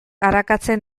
arakatzen